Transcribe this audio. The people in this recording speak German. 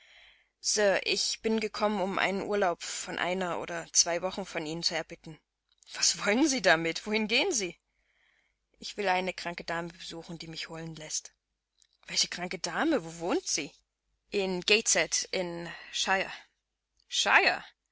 sir ich bin gekommen um einen urlaub von einer oder zwei wochen von ihnen zu erbitten was wollen sie damit wohin gehen sie ich will eine kranke dame besuchen die mich holen läßt welche kranke dame wo wohnt sie in gateshead in